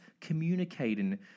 communicating